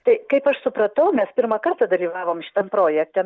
tai kaip aš supratau mes pirmą kartą dalyvavom šitam projekte